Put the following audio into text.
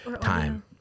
time